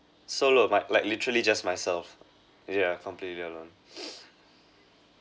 solo my like literally just myself yeah completely alone